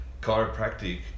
chiropractic